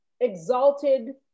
exalted